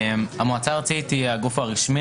המועצה הארצית היא הגוף הרשמי,